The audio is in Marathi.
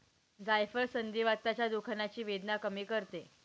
जायफळ संधिवाताच्या दुखण्याची वेदना कमी करते